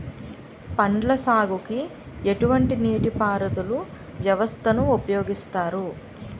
పండ్ల సాగుకు ఎటువంటి నీటి పారుదల వ్యవస్థను ఉపయోగిస్తారు?